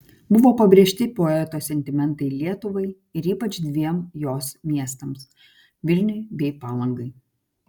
buvo pabrėžti poeto sentimentai lietuvai ir ypač dviem jos miestams vilniui bei palangai